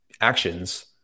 actions